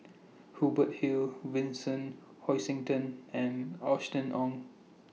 Hubert Hill Vincent Hoisington and Austen Ong